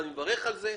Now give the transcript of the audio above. אני מברך על זה,